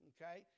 Okay